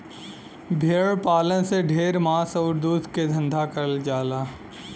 भेड़ पालन से ढेर मांस आउर दूध के धंधा करल जाला